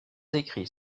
écrits